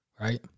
right